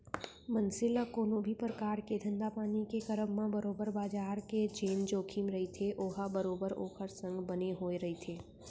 मनसे ल कोनो भी परकार के धंधापानी के करब म बरोबर बजार के जेन जोखिम रहिथे ओहा बरोबर ओखर संग बने होय रहिथे